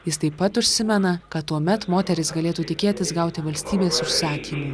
jis taip pat užsimena kad tuomet moterys galėtų tikėtis gauti valstybės užsakymų